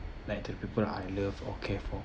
like the people I love or care for